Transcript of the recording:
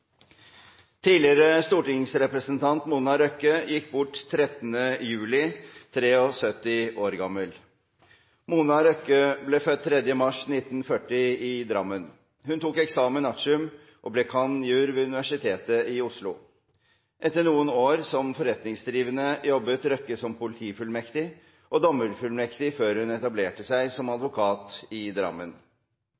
Tidligere stortingsrepresentant Mona Røkke gikk bort 13. juli – 73 år gammel. Mona Røkke ble født 3. mars 1940 i Drammen. Hun tok examen artium, og ble cand.jur. ved Universitetet i Oslo. Etter noen år som forretningsdrivende jobbet Røkke som politifullmektig og dommerfullmektig før hun etablerte seg som